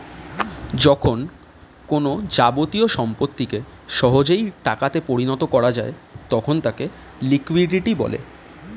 যখন কোনো যাবতীয় সম্পত্তিকে সহজেই টাকা তে পরিণত করা যায় তখন তাকে লিকুইডিটি বলে